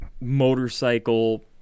motorcycle